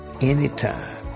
anytime